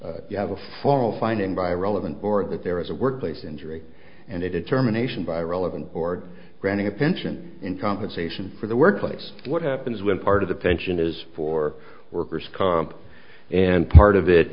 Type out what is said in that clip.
you have a formal finding by relevant or that there is a workplace injury and it is terminations by relevant or granting a pension in compensation for the workplace what happens when part of the pension is for worker's comp and part of it